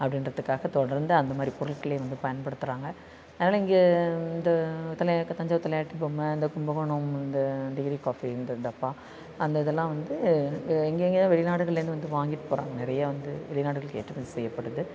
அப்படின்றத்துக்காக தொடர்ந்து அந்த மாதிரி பொருட்களை வந்து பயன்படுத்துகிறாங்க அதனால இங்கே இந்த தலையாக்க தஞ்சாவூர் தலையாட்டி பொம்மை அந்த கும்பகோணம் இந்த டிகிரி காஃபி இந்த டப்பா அந்த இதெல்லாம் வந்து எங்கெங்கையோ வெளிநாடுகள்லேருந்து வந்து வாங்கிட்டு போகிறாங்க நிறையா வந்து வெளிநாடுகளுக்கு ஏற்றுமதி செய்யப்படுது